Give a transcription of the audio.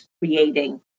creating